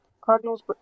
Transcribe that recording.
Cardinals